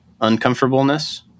uncomfortableness